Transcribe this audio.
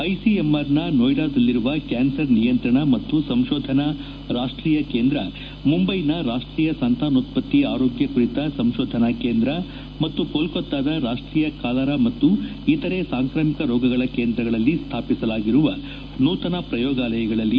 ಐಸಿಎಂಆರ್ನ ನೋಯ್ಗಾದಲ್ಲಿರುವ ಕ್ಲಾನ್ಸರ್ ನಿಯಂತ್ರಣ ಮತ್ತು ಸಂಶೋಧನಾ ರಾಷ್ಷೀಯ ಕೇಂದ್ರ ಮುಂಬೈನ ರಾಷ್ಷೀಯ ಸಂತಾನೋತ್ವತ್ತಿ ಆರೋಗ್ಯ ಕುರಿತ ಸಂಶೋಧನಾ ಕೇಂದ್ರ ಮತ್ತು ಕೋಲ್ಲತ್ತಾದ ರಾಷ್ಲೀಯ ಕಾಲರಾ ಮತ್ತು ಇತರೆ ಸಾಂಕಾಮಿಕ ರೋಗಗಳ ಕೇಂದ್ರಗಳಲ್ಲಿ ಸ್ಥಾಪಿಸಲಾಗಿರುವ ನೂತನ ಪ್ರಯೋಗಾಲಯಗಳಲ್ಲಿ